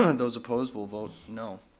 um those opposed will vote no.